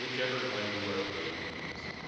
whichever one you are paid to use.